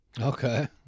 Okay